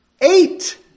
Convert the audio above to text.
Eight